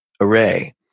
array